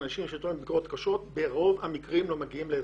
אנשים שניתנו להם ביקורות קשות ברוב המקרים לא מגיעים להסברים.